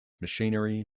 machinery